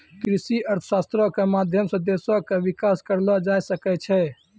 कृषि अर्थशास्त्रो के माध्यम से देशो के विकास करलो जाय सकै छै